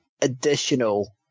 additional